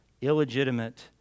illegitimate